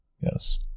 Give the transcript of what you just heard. Yes